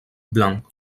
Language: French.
blanc